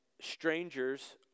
strangers